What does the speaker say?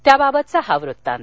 त्याबाबतचा हा वृत्तांत